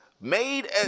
made